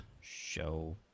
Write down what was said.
show